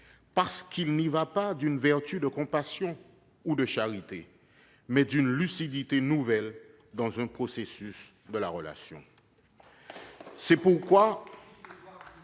parce qu'il n'y va pas d'une vertu de compassion ou de charité, mais d'une lucidité nouvelle dans un processus de la relation. » Vive